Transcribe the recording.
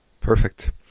Perfect